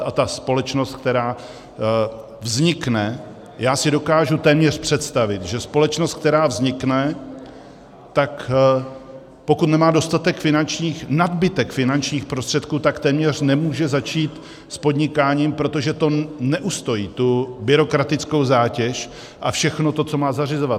A ta společnost, která vznikne, dokážu si téměř představit, že společnost, která vznikne, pokud nemá dostatek, nadbytek finančních prostředků, tak téměř nemůže začít s podnikáním, protože neustojí tu byrokratickou zátěž a všechno to, co má zařizovat.